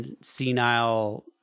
senile